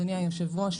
אדוני היושב-ראש,